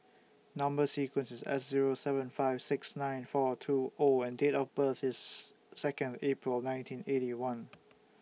Number sequence IS S Zero seven five six nine four two O and Date of birth IS Second April nineteen Eighty One